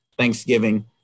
Thanksgiving